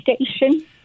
station